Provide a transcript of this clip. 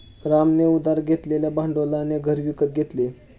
रामने उधार घेतलेल्या भांडवलाने घर विकत घेतले